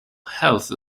health